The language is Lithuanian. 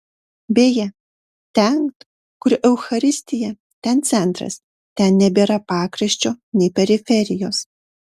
beje ten kur eucharistija ten centras ten nebėra pakraščio nei periferijos